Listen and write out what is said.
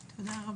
תודה.